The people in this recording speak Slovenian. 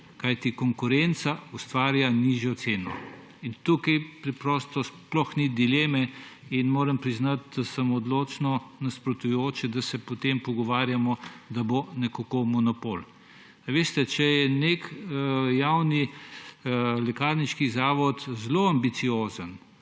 kajti konkurenca ustvarja nižjo ceno. In tukaj preprosto sploh ni dileme in moram priznati, da sem odločno nasprotujoč, da se potem pogovarjamo, da bo nekako monopol. A veste, če je nek javni lekarniški zavod zelo ambiciozen